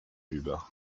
über